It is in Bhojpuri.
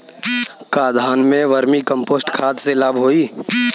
का धान में वर्मी कंपोस्ट खाद से लाभ होई?